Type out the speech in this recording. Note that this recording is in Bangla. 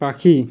পাখি